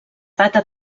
data